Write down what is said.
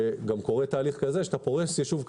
כשאתה פורס ישוב קטן,